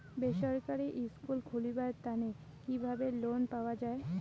বেসরকারি স্কুল খুলিবার তানে কিভাবে লোন পাওয়া যায়?